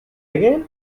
again